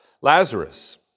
Lazarus